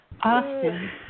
Austin